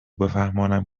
بفهمانم